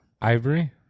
ivory